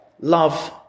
love